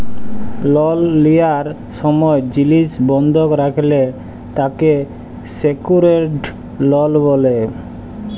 লল লিয়ার সময় জিলিস বন্ধক রাখলে তাকে সেক্যুরেড লল ব্যলে